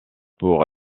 pour